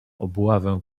obławę